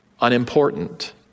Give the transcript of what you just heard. unimportant